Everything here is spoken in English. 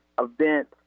event